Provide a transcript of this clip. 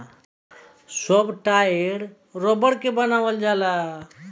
सब टायर रबड़ के बनावल जाला